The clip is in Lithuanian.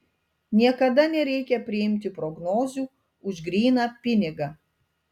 niekada nereikia priimti prognozių už gryną pinigą